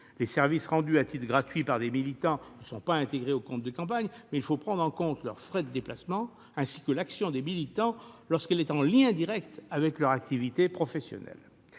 Les services rendus à titre gratuit par des militants ne sont pas intégrés au compte de campagne, mais il faut prendre en considération leurs frais de déplacement, ainsi que leur action lorsqu'elle est en « lien direct » avec leur activité professionnelle.